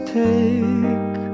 take